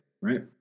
right